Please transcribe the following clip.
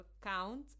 count